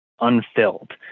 unfilled